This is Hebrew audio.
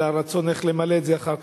אלא הרצון איך למלא את זה אחר כך.